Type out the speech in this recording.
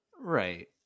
Right